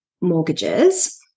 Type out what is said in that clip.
mortgages